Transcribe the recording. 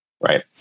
Right